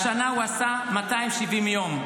השנה הוא עשה 270 יום.